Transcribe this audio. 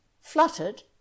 fluttered